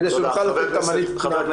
כדי שהוא יוכל לתת את המענים הטובים.